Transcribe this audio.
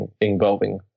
involving